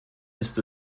ist